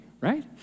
right